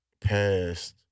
past